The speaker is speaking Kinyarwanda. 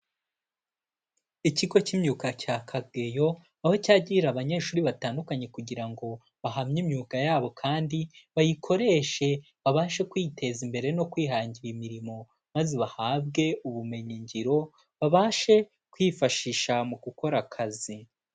Ikigo cy'imyuga cya Kageyo aho cyakirira abanyeshuri batandukanye kugira ngo bahamye imyuga yabo kandi bayikoreshe babashe kwiteza imbere no kwihangira imirimo, maze bahabwe ubumenyingiro babashe kwifashisha mu gukora akazi.